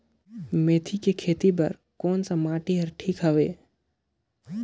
मेथी के खेती बार कोन सा माटी हवे ठीक हवे?